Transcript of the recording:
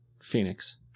Phoenix